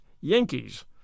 Yankees